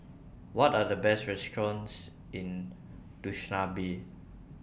What Are The Best restaurants in Dushanbe